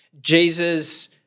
Jesus